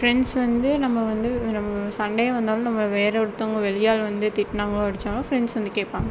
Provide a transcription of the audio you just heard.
friends வந்து நம்ப வந்து சண்டையே வந்தாலும் நம்ப வேறே ஒருத்தங்க வெளியாள் வந்து திட்டினாங்களோ அடித்தாங்களோ ஃப்ரெண்ட்ஸ் வந்து கேட்பாங்க